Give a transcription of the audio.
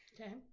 okay